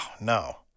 no